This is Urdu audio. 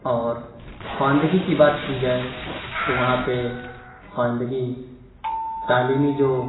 اور خواندگی کی بات کی جائے تو وہاں پہ خواندگی تعلیمی جو